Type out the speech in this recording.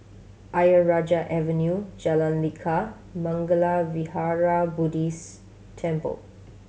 Ayer Rajah Avenue Jalan Lekar Mangala Vihara Buddhist Temple